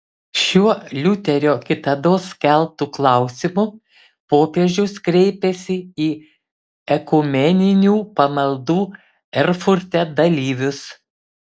šiuo liuterio kitados keltu klausimu popiežius kreipėsi į ekumeninių pamaldų erfurte dalyvius